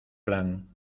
plan